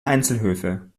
einzelhöfe